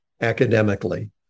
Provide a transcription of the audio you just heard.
academically